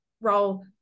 role